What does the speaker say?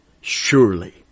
surely